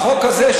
החוק הזה,